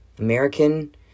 American